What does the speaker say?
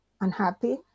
unhappy